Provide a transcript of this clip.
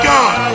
God